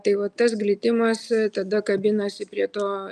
tai va tas glitimas tada kabinasi prie to